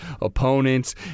opponents